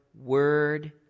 word